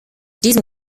diesem